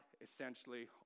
essentially